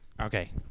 Okay